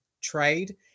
trade